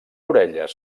orelles